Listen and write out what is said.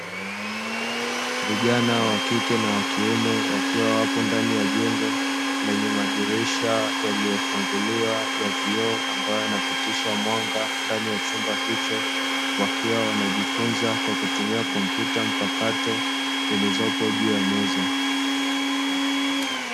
Vijana wa kike na wa kiume wakiwa wapo ndani ya jengo lenye madirisha yaliyofunguliwa ya vioo, ambayo yanapitisha mwanga ndani ya chumba hicho wakiwa wanajifunza kwa kutumia komputa mpakato zilizopo juu ya meza.